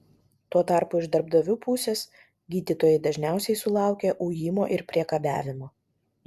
tuo tarpu iš darbdavių pusės gydytojai dažniausiai sulaukia ujimo ir priekabiavimo